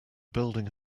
building